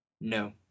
No